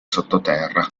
sottoterra